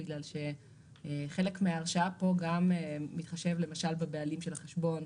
בגלל שחלק מההרשאה פה גם מתחשב למשל בבעלים של החשבון,